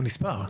הוא נספר.